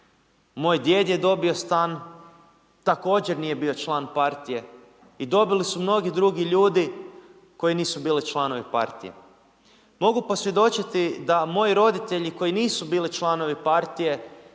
moj djed je dobio stan, također nije bio član partije i dobili su mnogi drugi ljudi koji nisu bili članovi partije. Mogu posvjedočiti da moji roditelji koji nisu bili članovi partije